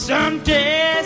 Someday